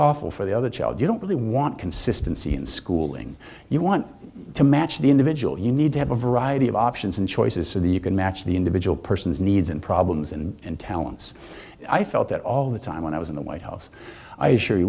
awful for the other child you don't really want consistency in schooling you want to match the individual you need to have a variety of options and choices so that you can match the individual person's needs and problems and talents i felt that all the time when i was in the white house i assure